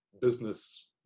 business